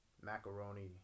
macaroni